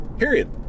Period